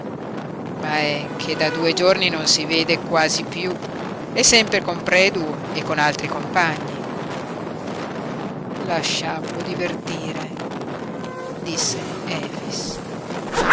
ma è che da due giorni non si vede quasi piú e sempre con predu e con altri compagni lasciamolo divertire disse efix